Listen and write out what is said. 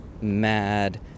mad